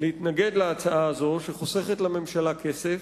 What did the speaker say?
להתנגד להצעה הזו, שחוסכת לממשלה כסף,